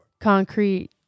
Concrete